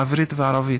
העברית והערבית,